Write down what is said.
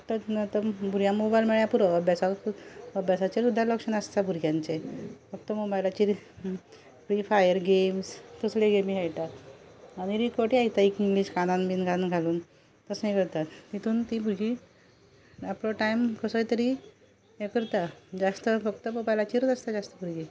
फक्त भुरग्यां मोबायल मेळ्ळ्यार पुरो अभ्यासा अब्यासाचेर सुद्दां लक्ष नासता त्या भुरग्यांचें फक्त मोबायलाचे मागीर फायर गेम्स तसल्यो गेमी खेळटा आनी रिकोडी आयकता एक इंग्लीश कानान बीन घालून तितून तीं भुरगीं आपलो टायम कसोय तरी हें करता जास्त फक्त मोबायलाचेर आसता जास्त भुरगीं